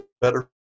better